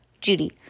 Judy